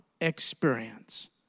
experience